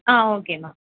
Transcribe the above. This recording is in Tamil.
ah okay ma'am